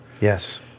Yes